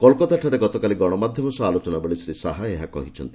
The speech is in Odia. କୋଲକାତା ଠାରେ ଗତକାଲି ଗଣମାଧ୍ୟମ ସହ ଆଲୋଚନା ବେଳେ ଶ୍ରୀ ଶାହା ଏହା କହିଛନ୍ତି